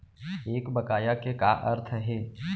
एक बकाया के का अर्थ हे?